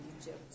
Egypt